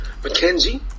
McKenzie